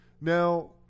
Now